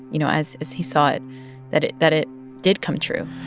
you know, as as he saw it that it that it did come true?